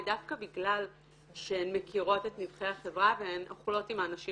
דווקא בגלל שהן מכירות את נבכי החברה והן אוכלות עם האנשים